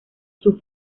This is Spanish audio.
sus